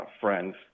friends